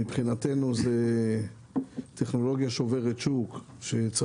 מבחינתנו זה טכנולוגיה שוברת שוק שלדעתנו